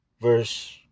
verse